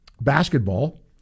basketball